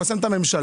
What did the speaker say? חוסם את הממשלה,